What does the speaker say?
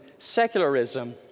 secularism